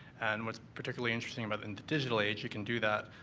and what's particularly interesting about in the digital age, you can do that.